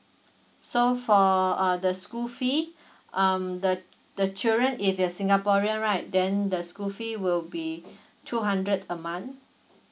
so for err the school fees um the the children if they're singaporean right then the school fee will be two hundred a month